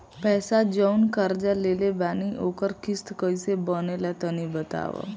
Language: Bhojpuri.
पैसा जऊन कर्जा लेले बानी ओकर किश्त कइसे बनेला तनी बताव?